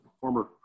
former